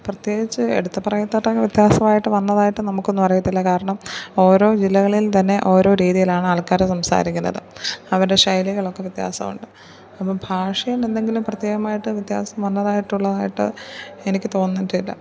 പ്രത്യേകിച്ച് എടുത്ത് പറയത്തക്ക വ്യത്യാസമായിട്ട് വന്നതായിട്ട് നമുക്കൊന്നും അറിയില്ല കാരണം ഓരോ ജില്ലകളിൽ തന്നെ ഓരോ രീതിയിലാണ് ആൾക്കാർ സംസാരിക്കുന്നത് അവരുടെ ശൈലികളൊക്കെ വ്യത്യാസമുണ്ട് അപ്പം ഭാഷയിൽ എന്തെങ്കിലും പ്രത്യേകമായിട്ട് വ്യത്യാസം വന്നതായിട്ടുള്ളതായിട്ട് എനിക്ക് തോന്നിയിട്ടില്ല